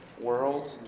world